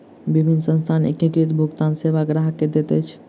विभिन्न संस्थान एकीकृत भुगतान सेवा ग्राहक के दैत अछि